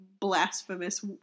blasphemous